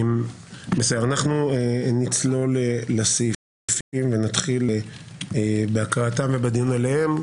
אנחנו נצלול לסעיפים ונתחיל בהקראתם ובדיון עליהם.